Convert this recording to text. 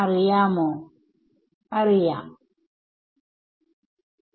ശരിയായ സൊല്യൂഷൻ എന്താണ്